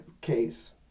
case